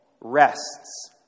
rests